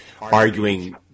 arguing